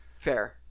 fair